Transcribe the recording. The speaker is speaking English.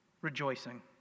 Rejoicing